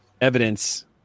evidence